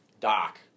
Doc